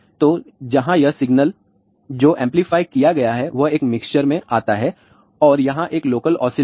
तो जहां यह सिग्नल जो एंपलीफाय किया गया है वह एक मिक्सर में आता है और यहां एक लोकल ओसीलेटर है